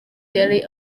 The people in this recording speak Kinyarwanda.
yari